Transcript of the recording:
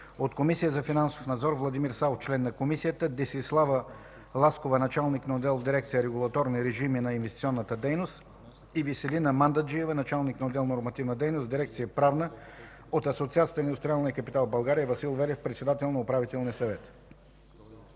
от Комисията за финансов надзор – Владимир Савов – член на комисията, Десислава Ласкова – началник на отдел в дирекция „Регулаторни режими на инвестиционната дейност”, и Веселина Мандаджиева – началник на отдел „Нормативна дейност” в дирекция „Правна”; от Асоциация на индустриалния капитал в България – Васил Велев – председател на Управителния съвет.